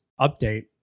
update